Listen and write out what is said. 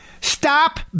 stop